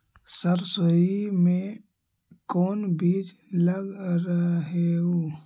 सरसोई मे कोन बीज लग रहेउ?